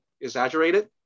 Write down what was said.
exaggerated